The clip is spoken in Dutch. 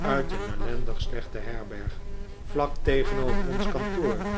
uit een ellendig slechte herberg vlak tegenover ons kantoor